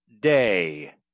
day